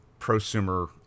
prosumer